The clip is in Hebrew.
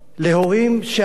להורים שעלו